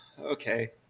okay